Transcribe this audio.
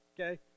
Okay